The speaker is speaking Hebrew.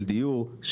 של דיור,